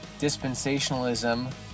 dispensationalism